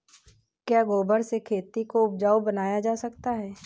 क्या गोबर से खेती को उपजाउ बनाया जा सकता है?